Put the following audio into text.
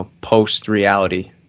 post-reality